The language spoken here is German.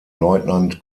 lieutenant